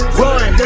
run